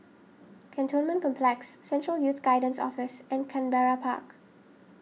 Cantonment Complex Central Youth Guidance Office and Canberra Park